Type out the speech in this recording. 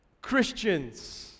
Christians